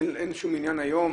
אין שום עניין היום